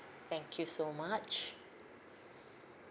thank you so much